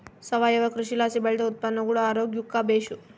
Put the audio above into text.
ಸಾವಯವ ಕೃಷಿಲಾಸಿ ಬೆಳ್ದ ಉತ್ಪನ್ನಗುಳು ಆರೋಗ್ಯುಕ್ಕ ಬೇಸು